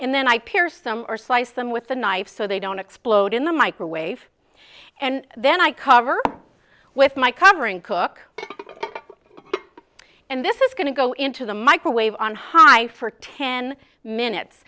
pierce them or slice them with the knife so they don't explode in the microwave and then i cover with my covering cook and this is going to go into the microwave on high for ten minutes